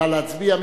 נא להצביע.